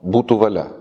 būtų valia